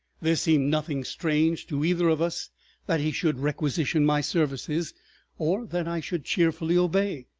there seemed nothing strange to either of us that he should requisition my services or that i should cheerfully obey.